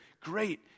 great